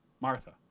Martha